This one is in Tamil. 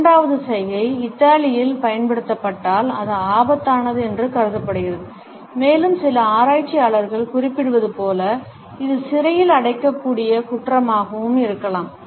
இரண்டாவது சைகை இத்தாலியில் பயன்படுத்தப்பட்டால் அது ஆபத்தானது என்று கருதப்படுகிறது மேலும் சில ஆராய்ச்சியாளர்கள் குறிப்பிடுவது போல இது சிறையில் அடைக்கக்கூடிய குற்றமாகவும் இருக்கலாம்